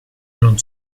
non